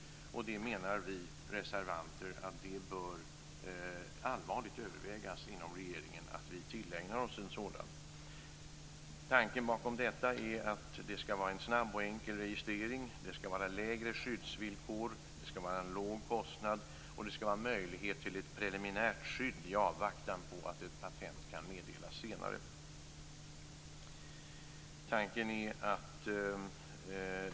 Vi reservanter menar att man inom regeringen allvarligt bör överväga att införa ett sådant. Tanken bakom detta är att det skall vara en snabb och enkel registrering, lägre skyddsvillkor, en låg kostnad och möjlighet till ett preliminärt skydd i avvaktan på att ett patent senare kan meddelas.